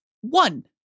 one